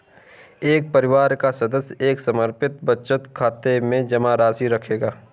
एक परिवार का सदस्य एक समर्पित बचत खाते में जमा राशि रखेगा